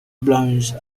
browns